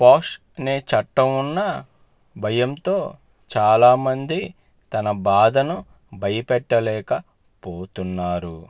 పోష్ అనే చట్టం ఉన్నా భయంతో చాలామంది తన బాధను బయట పెట్టలేక పోతున్నారు